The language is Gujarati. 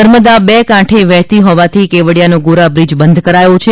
નર્મદા બે કાંઠે વહેતી હોવાથી કેવડીયાનો ગોરાબ્રીજ બંધ કરાયો છે